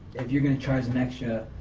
if you're going to charge them extra,